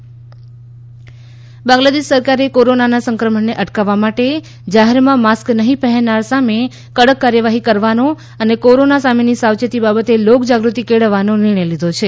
Bangladesh mask Bangladesh સરકારે કોરોનાના સંક્રમણને અટકાવવા માટે જાહેરમાં માસ્ક નહીં પહેરનાર સામે કડક કાર્યવાહી કરવાનો અને કોરોના સામેની સાવચેતી બાબતે લોકજાગૃતિ કેળવવાનો નિર્ણય લીધો છે